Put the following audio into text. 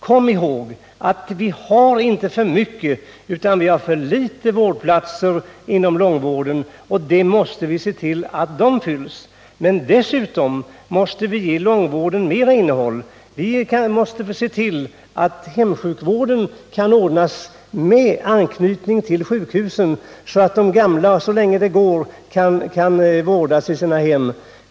Kom ihåg att vi inte har för många utan för få vårdplatser! Vi måste se till att det behovet fylls. Men dessutom måste vi ge långvården mer innehåll. Vi måste se till att hemsjukvård kan ordnas med anknytning till sjukhusen så att de gamla, så länge det går, kan vårdas i sina hem.